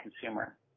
consumer